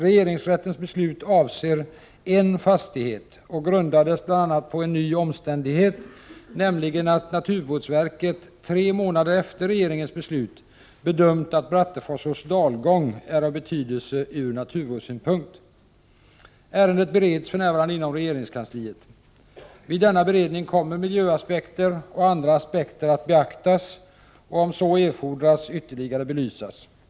Regeringsrättens beslut avser en fastighet och grundades bl.a. på en ny omständighet, nämligen att naturvårdsverket tre månader efter regeringens beslut bedömt att Bratteforsåns dalgång är av betydelse ur naturvårdssynpunkt. Ärendet bereds för närvarande inom regeringskansliet. Vid denna beredning kommer miljöaspekter och andra aspekter att beaktas och om så erfordras ytterligare belysas.